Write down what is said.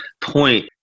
point